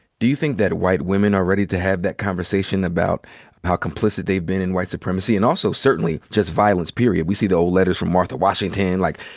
do you think that white women are ready to have that conversation about how complicit they've been in white supremacy and also certainly just violence period? we see the old letters from martha washington. like,